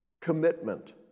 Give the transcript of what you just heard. commitment